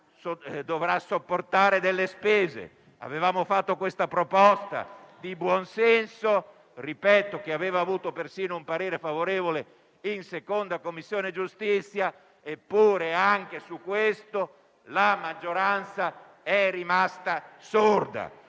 mi avvio a concludere. Avevamo fatto questa proposta di buonsenso, che aveva avuto persino un parere favorevole in 2a Commissione giustizia, eppure anche su questo la maggioranza è rimasta sorda.